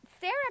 Sarah